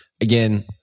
Again